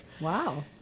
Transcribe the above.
Wow